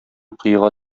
коега